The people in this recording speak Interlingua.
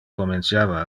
comenciava